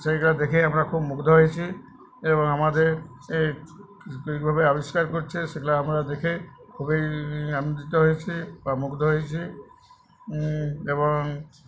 সেইগুলো দেখে আমরা খুব মুগ্ধ হয়েছি এবং আমাদের এ ক কীভাবে আবিষ্কার করছে সেগুলো আমরা দেখে খুবই আনন্দিত হয়েছি বা মুগ্ধ হয়েছি এবং